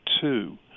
two